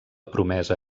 promesa